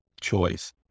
choice